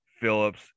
Phillips